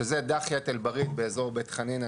שזה דאחיית אל בריד באזור בית חנינא,